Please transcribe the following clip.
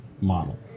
model